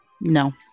No